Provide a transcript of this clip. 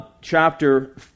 chapter